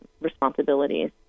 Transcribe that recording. responsibilities